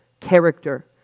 character